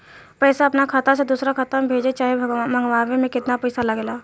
पैसा अपना खाता से दोसरा खाता मे भेजे चाहे मंगवावे में केतना पैसा लागेला?